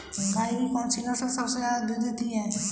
गाय की कौनसी नस्ल सबसे ज्यादा दूध देती है?